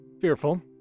Fearful